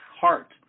heart